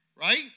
right